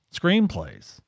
screenplays